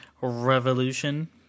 Revolution